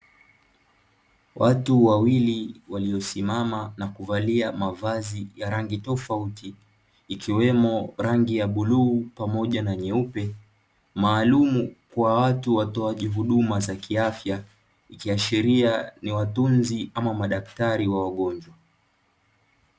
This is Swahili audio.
Watu wawili walio simama nakuvalia mavazi ya rangi tofauti, ikiwemo rangi ya buluu pamoja na nyeupe. Maalumu kwa watu watoaji huduma za kiafya, ikiashiria ni watunzi ama madaktari wa wagonjwa.